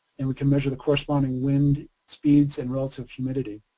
and we can measure the corresponding wind speeds and relative humidity.